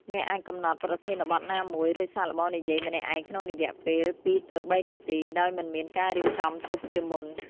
អ្នកអាចកំណត់ប្រធានបទណាមួយ រួចសាកល្បងនិយាយម្នាក់ឯងក្នុងរយៈពេល ២ ទៅ ៣ នាទី ដោយមិនមានការរៀបចំទុកជាមុន។